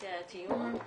מטה הדיור,